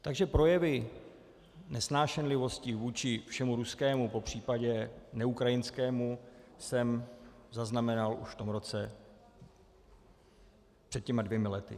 Takže projevy nesnášenlivosti vůči všemu ruskému, popřípadě neukrajinskému jsem zaznamenal už v tom roce před těmi dvěma lety.